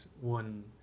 one